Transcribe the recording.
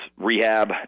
rehab